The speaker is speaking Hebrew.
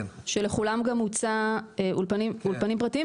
שלכולם גם הוצעו אולפנים פרטיים,